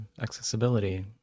accessibility